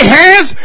hands